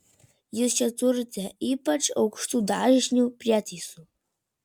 jūs čia turite ypač aukštų dažnių prietaisų